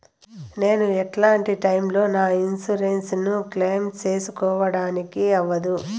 నేను ఎట్లాంటి టైములో నా ఇన్సూరెన్సు ను క్లెయిమ్ సేసుకోవడానికి అవ్వదు?